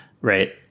Right